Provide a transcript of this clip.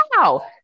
wow